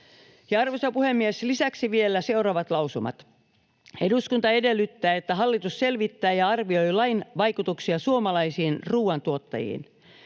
arvoisa puhemies, lisäksi vielä seuraavat lausumat: ”Eduskunta edellyttää, että hallitus selvittää ja arvioi lain vaikutuksia suomalaisiin ruuantuottajiin.